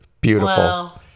Beautiful